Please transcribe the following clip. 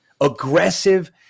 aggressive